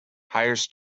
hires